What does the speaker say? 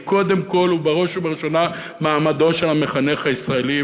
היא קודם כול ובראש ובראשונה מעמדו של המחנך הישראלי,